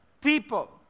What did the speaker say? People